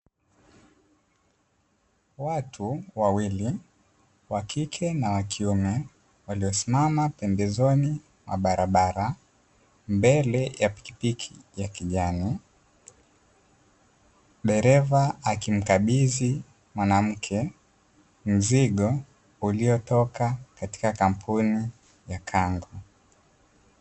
Watu wawili wa kike na wa kiume waliosimama pembezoni mwa barabara mbele ya pikipiki ya kijani, dereva akimkabidhi mwanamke mzigo uliotoka katika kampuni ya "kango".